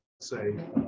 say